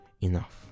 enough